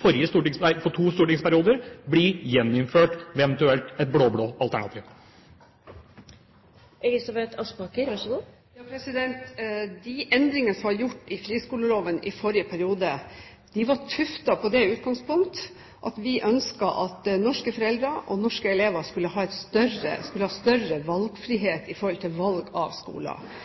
for to stortingsperioder siden, blir gjeninnført ved et eventuelt blå-blått alternativ. De endringene som ble gjort i friskoleloven i forrige periode, var tuftet på det utgangspunkt at vi ønsket at norske foreldre og norske elever skulle ha større frihet når det gjelder valg av skole. Så vet vi at på videregående nivå kom det noen flere skoler